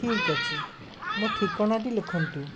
ଠିକ୍ ଅଛି ମୋ ଠିକଣାଟି ଲେଖନ୍ତୁ